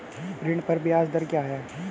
ऋण पर ब्याज दर क्या है?